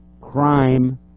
crime